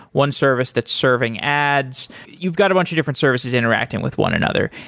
one service that's serving ads. you've got a bunch of different services interacting with one another,